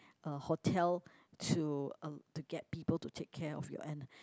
a hotel to uh to get people to take care of your ani~